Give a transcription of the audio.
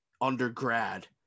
undergrad